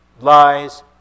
lies